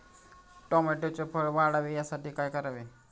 टोमॅटोचे फळ वाढावे यासाठी काय करावे?